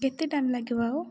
କେତେ ଟାଇମ୍ ଲାଗିବ ଆଉ